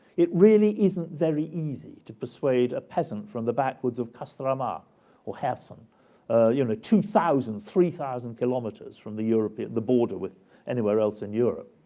it really isn't very easy to persuade a peasant from the backwoods of kostroma or kherson, you know, two thousand three thousand kilometers from the european border with anywhere else in europe.